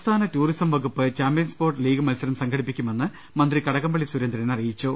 സംസ്ഥാന ടൂറിസം വകൂപ്പ് champions boat league മത്സരം സംഘടിപ്പിക്കുമെന്ന് മന്ത്രി കടകംപള്ളി സുരേന്ദ്രൻ അറിയിച്ചു